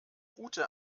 gute